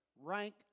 rank